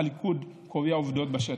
הליכוד קובע עובדות בשטח.